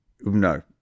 No